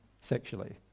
sexually